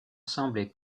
semblait